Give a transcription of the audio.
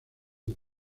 del